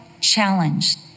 challenged